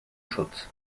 schutz